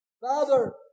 father